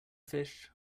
fish